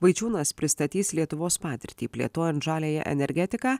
vaičiūnas pristatys lietuvos patirtį plėtojant žaliąją energetiką